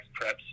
Preps